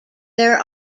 there